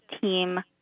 team